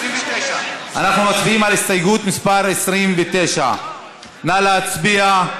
29. אנחנו מצביעים על הסתייגות מס' 29. נא להצביע.